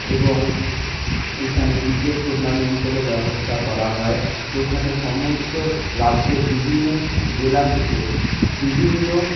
এবং এখানে ক্রিকেট টুর্নামেন্টেরও ব্যবস্থা করা হয় যেখানে সমস্ত রাজ্যের বিভিন্ন জেলা থেকে বিভিন্ন